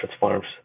farms